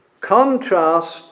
contrast